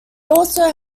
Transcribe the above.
also